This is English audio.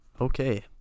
Okay